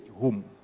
home